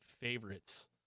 favorites